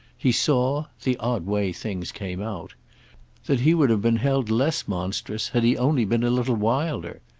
he saw the odd way things came out that he would have been held less monstrous had he only been a little wilder.